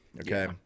okay